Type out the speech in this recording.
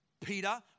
Peter